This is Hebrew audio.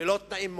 ללא תנאים מוקדמים,